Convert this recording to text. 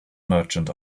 merchant